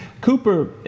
Cooper